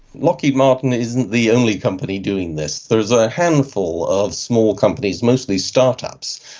lockheed martin isn't the only company doing this. there is a handful of small companies, mostly start-ups,